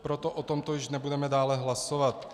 Proto o tomto již nebudeme dále hlasovat.